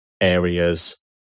areas